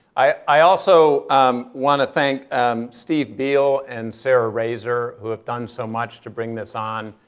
i also um want to thank steve biel and sarah razor, who have done so much to bring this on.